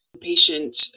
patient